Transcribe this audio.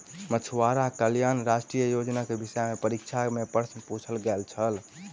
मछुआरा कल्याण राष्ट्रीय योजना के विषय में परीक्षा में प्रश्न पुछल गेल छल